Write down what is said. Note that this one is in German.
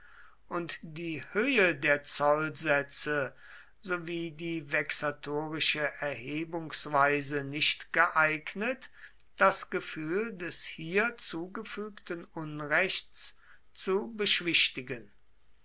und die höhe der zollsätze sowie die vexatorische erhebungsweise nicht geeignet das gefühl des hier zugefügten unrechts zu beschwichtigen